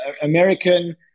American